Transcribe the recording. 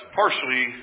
partially